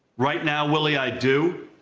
right now, willie, i do.